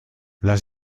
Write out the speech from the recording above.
las